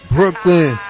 Brooklyn